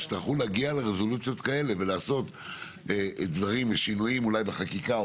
יצטרכו להגיע לרזולוציות כאלה ולעשות דברים ושינויים אולי בחקיקה או